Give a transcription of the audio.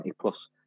plus